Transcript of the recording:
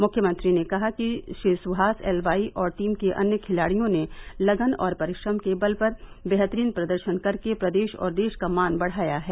मुख्यमंत्री ने कहा कि श्री सुहास एलवाई और टीम के अन्य खिलाड़ियों ने लगन और परिश्रम के बल पर बेहतरीन प्रदर्शन करके प्रदेश और देश का मान बढ़ाया है